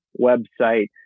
website